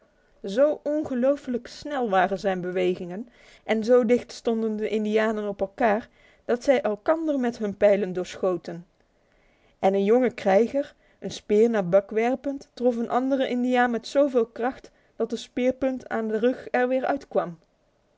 zo ongelofelijk snel waren zijn bewegingen en zo dicht stonden de indianen op elkaar dat zij elkander met hun pijlen doorschoten en een jonge krijger een speer naar buck werpend trof een anderen indiaan met zoveel kracht dat de speerpunt aan de rug weer uitkwam